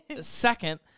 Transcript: second